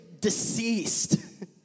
deceased